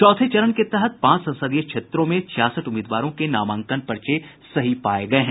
चौथे चरण के तहत पांच संसदीय क्षेत्रों में छियासठ उम्मीदवारों के नामांकन पर्चे सही पाये गये हैं